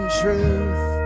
truth